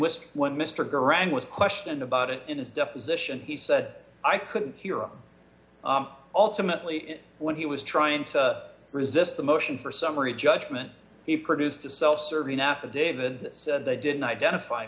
well mr garang was questioned about it in his deposition he said i couldn't hear him ultimately when he was trying to resist the motion for summary judgment he produced a self serving affidavit that said they didn't identify